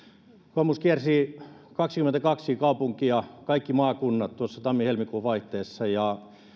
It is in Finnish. kokoomus kiersi kaksikymmentäkaksi kaupunkia kaikki maakunnat tuossa tammi helmikuun vaihteessa ja